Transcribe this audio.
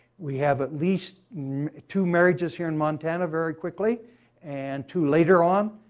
we have at least two marriages here in montana very quickly and two later on,